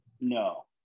No